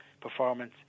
performance